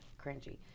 cringy